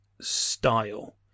style